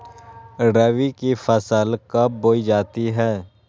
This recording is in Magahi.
रबी की फसल कब बोई जाती है?